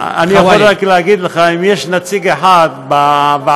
אני יכול רק להגיד לך: אם יש נציג אחד בוועדה,